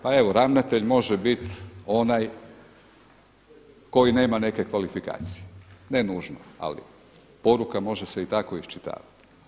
Pa evo ravnatelj može bit onaj koji nema neke kvalifikacije, ne nužno ali poruka može se i tako iščitavati.